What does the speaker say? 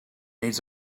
needs